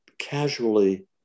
casually